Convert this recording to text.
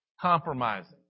compromising